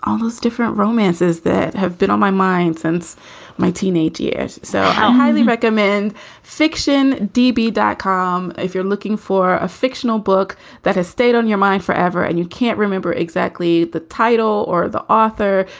different romances that have been on my mind since my teenage years so how highly recommend fiction? d b. dicom. if you're looking for a fictional book that has stayed on your mind forever and you can't remember exactly the title or the author,